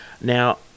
now